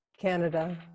canada